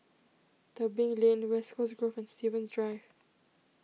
Tebing Lane West Coast Grove and Stevens Drive